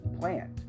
plant